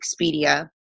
Expedia